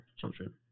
children